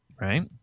right